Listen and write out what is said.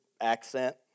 accent